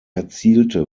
erzielte